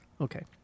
okay